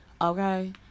okay